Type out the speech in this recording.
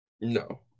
no